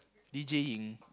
D_J-ing